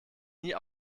nie